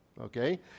Okay